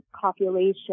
copulation